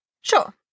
Sure